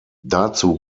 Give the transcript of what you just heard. dazu